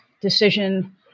decision